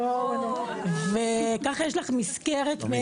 כך יש לך מזכרת.